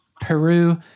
Peru